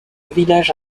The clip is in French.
village